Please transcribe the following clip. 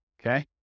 Okay